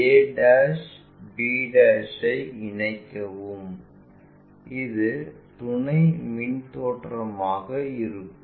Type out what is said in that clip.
a b ஐ இணைத்தவுடன் இது துணை முன் தோற்றமாக இருக்கும்